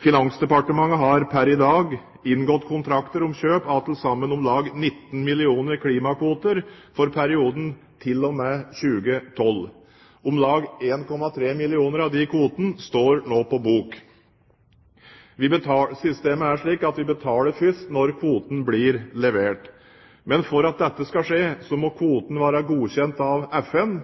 Finansdepartementet har pr. i dag inngått kontrakter om kjøp av til sammen om lag 19 millioner klimakvoter for perioden til og med 2012. Om lag 1,3 millioner av disse kvotene står nå på bok. Systemet er slik at vi betaler først når kvoten blir levert. Men før dette kan skje, må kvotene være godkjent av FN.